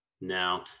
Now